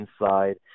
inside